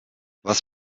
was